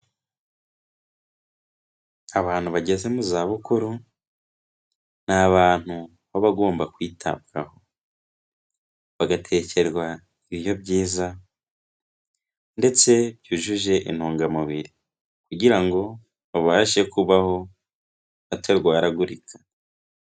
Abantu bageze mu za bukuru ni abantu baba bagomba kwitabwaho bagatekerwa ibiryo byiza ndetse byujuje intungamubiri kugira ngo babashe kubaho batarwaragurika.